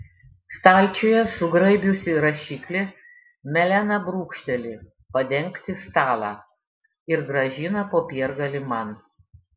stalčiuje sugraibiusi rašiklį melena brūkšteli padengti stalą ir grąžina popiergalį man